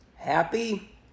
Happy